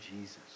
Jesus